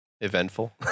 eventful